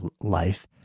life